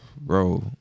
bro